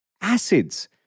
acids